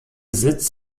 sitz